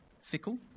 fickle